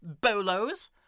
bolos